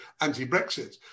anti-Brexit